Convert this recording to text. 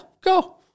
go